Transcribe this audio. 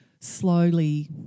slowly